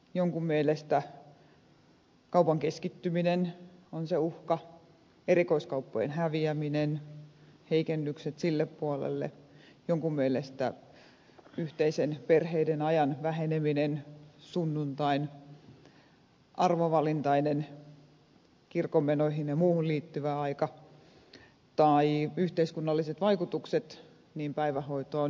jonkun mielestä kaupan keskittyminen on se uhka erikoiskauppojen häviäminen heikennykset sille puolelle jonkun mielestä perheiden yhteisen ajan väheneminen sunnuntain arvovalintainen kirkonmenoihin ja muuhun liittyvä aika tai yhteiskunnalliset vaikutukset niin päivähoitoon joukkoliikenteeseen kuin muuhun